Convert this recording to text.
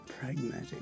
Pragmatic